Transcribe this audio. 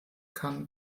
kann